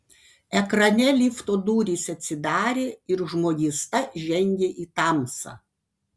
ekrane lifto durys atsidarė ir žmogysta žengė į tamsą